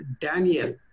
Daniel